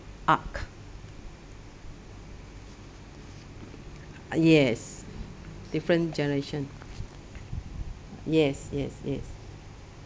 art yes different generation yes yes yes